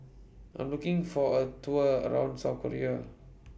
I Am looking For A Tour around South Korea